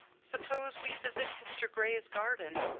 suppose we visit hester gray's garden.